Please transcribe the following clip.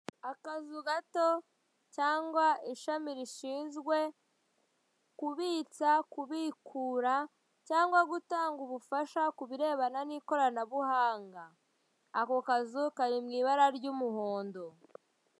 Akazu gato cyangwa ishami rishinzwe kubitsa kubikura cyangwa gutanga ubufasha kubirebana n'ikoranabuhanga, ako kazu kari mu ibara ry'umuhondo.